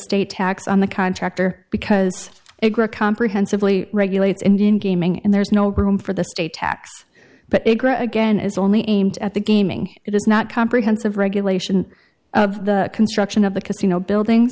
state tax on the contractor because it comprehensively regulates indian gaming and there is no room for the state tax but it grow again is only aimed at the gaming it is not comprehensive regulation of the construction of the casino building